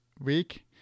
week